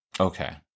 Okay